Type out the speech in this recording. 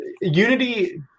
Unity